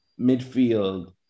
midfield